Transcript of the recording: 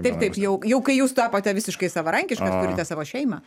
taip taip jau jau kai jūs tapote visiškai savarankiškas turite savo šeimą